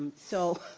so,